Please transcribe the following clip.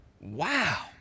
wow